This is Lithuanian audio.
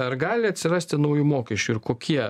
ar gali atsirasti naujų mokesčių ir kokie